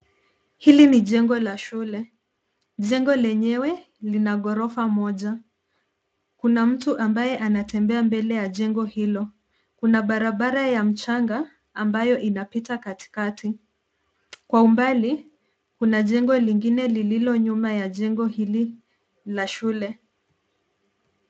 Hili ni jengo la shule ,jengo lenywe lina ghorofa moja , kuna mtu ambaye anatembea mbele ya jengo hilo kuna barabara ya mchanga ambayo inapita katikati ,kwa umbali kuna jengo lingine lililo nyuma ya jengo hili la shule.